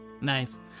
Nice